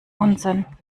unsinn